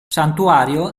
santuario